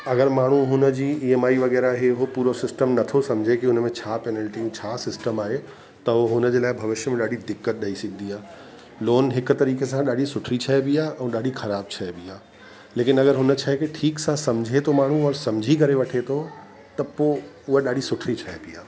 अगरि माण्हू हुन जी ई एम आई वग़ैरह इहे उहो पूरो सिस्टम नथो सम्झे की हुन में छा पैनाल्टी ऐं छा सिस्टम आहे त उहो हुन जे लाइ भविष्य में ॾाढी दिक़त ॾेई सघंदी आहे लोन हिकु तरीक़े सां ॾाढी सुठी शइ बि आहे ऐं ॾाढी ख़राब शइ बि आहे लेकिन अगरि हुन शइ खे ठीक सां सम्झे थो माण्हू और सम्झी करे वठे थो त पोइ उहा ॾाढी सुठी शइ बि आहे